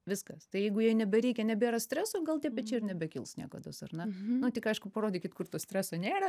viskas tai jeigu jai nebereikia nebėra streso gal tie pečiai ir nebekils niekados ar ne nu tik aišku parodykit kur to streso nėra